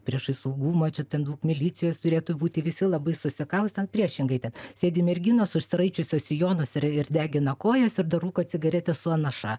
priešais saugumą čia ten daug milicijos turėtų būti visi labai susikaustę priešingai ten sėdi merginos užsiraičiusios sijonas ir ir degina kojas ir dar rūko cigaretę su anaša